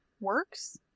works